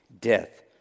Death